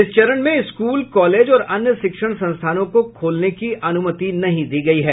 इस चरण में स्कूल कॉलेज और अन्य शिक्षण संस्थानों को खोलने की अनुमति नहीं दी गयी है